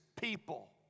people